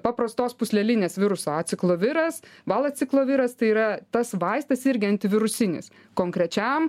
paprastos pūslelinės viruso acikloviras valacikloviras tai yra tas vaistas irgi antivirusinis konkrečiam